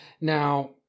now